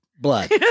blood